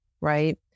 right